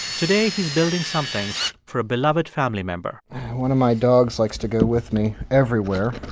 today, he's building something for a beloved family member one of my dogs likes to go with me everywhere,